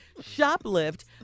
shoplift